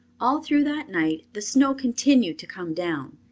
all through that night the snow continued to come down,